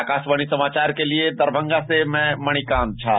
आकाशवाणी समाचार के लिए दरभंगा से मणिकांत झा